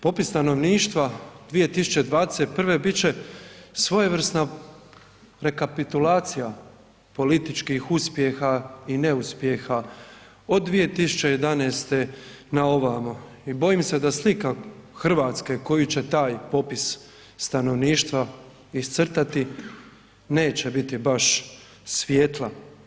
Popis stanovništva 2021. bit će svojevrsna rekapitulacija političkih uspjeha i neuspjeha od 2011. na ovamo i bojim se da slika Hrvatske koju će taj popis stanovništva iscrtati, neće biti baš svjetla.